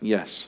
Yes